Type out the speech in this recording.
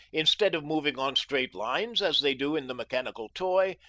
instead of moving on straight lines, as they do in the mechanical toy,